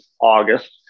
August